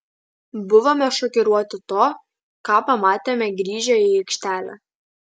buvome šokiruoti to ką pamatėme grįžę į aikštelę